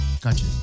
Gotcha